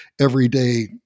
everyday